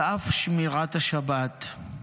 על אף שמירת השבת.